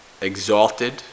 exalted